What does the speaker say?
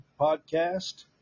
podcast